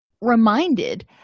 reminded